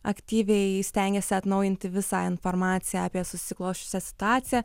aktyviai stengiasi atnaujinti visą informaciją apie susiklosčiusią situaciją